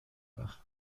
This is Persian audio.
وقت